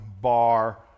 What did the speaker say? bar